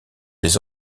des